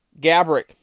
Gabrick